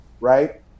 right